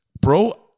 bro